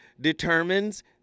determines